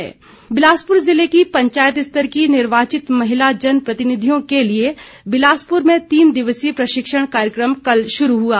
प्रशिक्षण बिलासपुर ज़िले की पंचायत स्तर की निर्वाचित महिला जन प्रतिनिधियों के लिए बिलासपुर में तीन दिवसीय प्रशिक्षण कार्यक्रम कल शुरू हुआ